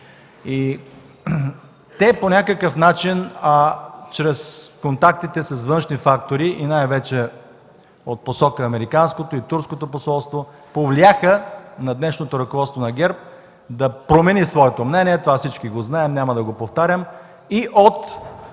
Те по някакъв начин, чрез контактите с външни фактори и най-вече от посока американското и турското посолства повлияха на днешното ръководство на ГЕРБ да промени своето мнение – това всички го знаем, няма да го повтарям – от